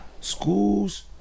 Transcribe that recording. schools